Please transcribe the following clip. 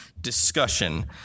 discussion